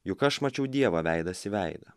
juk aš mačiau dievą veidas į veidą